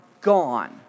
gone